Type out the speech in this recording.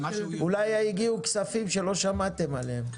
אולי הגיעו כספים שלא שמעתם עליהם.